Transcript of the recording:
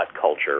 culture